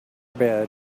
bed